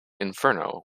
inferno